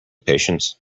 patience